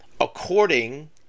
According